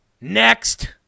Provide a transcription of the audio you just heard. Next